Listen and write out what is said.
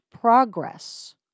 progress